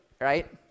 right